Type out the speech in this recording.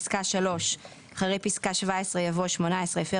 פסקה (3): "אחרי פסקה (17) יבוא: "(18) הפר